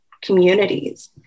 communities